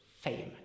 fame